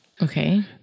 Okay